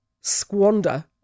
squander